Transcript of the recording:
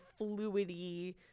fluidy